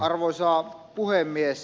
arvoisa puhemies